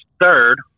third